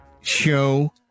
show